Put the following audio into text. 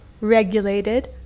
regulated